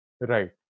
right